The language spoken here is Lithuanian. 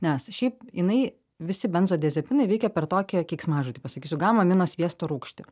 nes šiaip jinai visi benzodiazepinai veikia per tokią keiksmažodį pasakysiu gama amino sviesto rūgštį